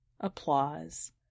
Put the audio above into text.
Applause